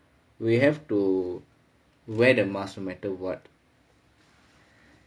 we have to wear the mask no matter what